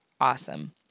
awesome